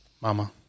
Mama